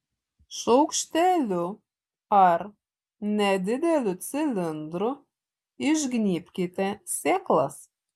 šaukšteliu ar nedideliu cilindru išgnybkite sėklas